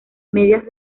medias